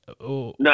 No